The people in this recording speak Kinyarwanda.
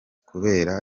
kubera